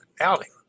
outing